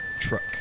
Truck